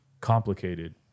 complicated